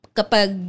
kapag